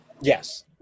Yes